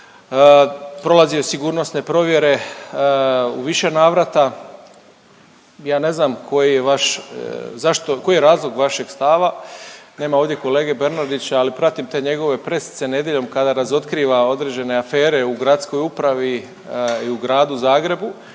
Prolazio je sigurnosne provjere u više navrata, ja ne znam koji je vaš, zašto, koji je razlog vašeg stava. Nema ovdje kolege Bernardića ali pratim te njegove presice nedjeljom kada razotkriva određene afere u gradskoj upravi i u Gradu Zagrebu